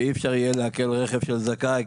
שאי אפשר יהיה לעקל רכב של זכאי.